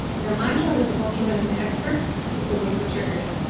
now my job as a functional medicine expert is to look for triggers.